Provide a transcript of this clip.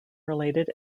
related